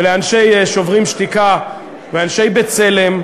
לאנשי "שוברים שתיקה" ולאנשי "בצלם"